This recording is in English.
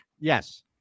Yes